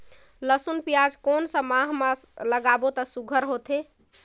लसुन पियाज कोन सा माह म लागाबो त सुघ्घर होथे?